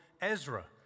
Ezra